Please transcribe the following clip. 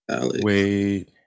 Wait